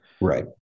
Right